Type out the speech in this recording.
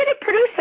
producer